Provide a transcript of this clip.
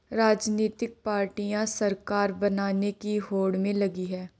राजनीतिक पार्टियां सरकार बनाने की होड़ में लगी हैं